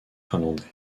finlandais